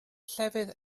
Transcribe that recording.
llefydd